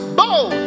bold